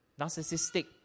narcissistic